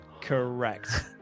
Correct